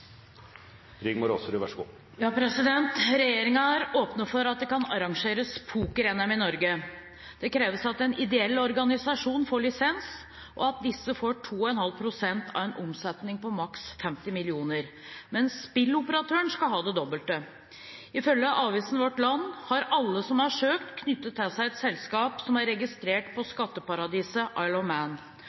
for at det kan arrangeres poker-NM i Norge. Det kreves at en ideell organisasjon får lisens og at disse får 2,5 prosent av en omsetning på maksimalt 50 mill. kroner, mens spilloperatøren skal ha det dobbelte. Ifølge avisen Vårt Land har alle som har søkt, knyttet til seg et selskap som er registrert på skatteparadiset Isle of Man, og